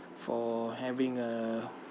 for having uh